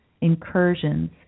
incursions